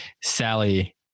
Sally